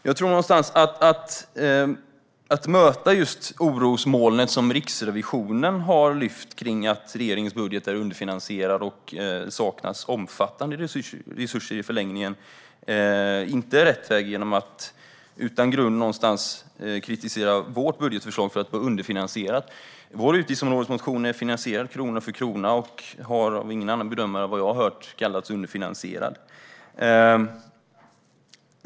Det gäller att möta orosmolnet som Riksrevisionen har lyft om att regeringens budget är underfinansierad. Det saknas i förlängningen omfattande resurser. Det är inte rätt väg att utan grund kritisera vårt budgetförslag för att vara underfinansierat. Vår utgiftområdesmotion är finansierad krona för krona. Den har av inga andra bedömare vad jag hört kallats för underfinansierad.